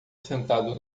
sentado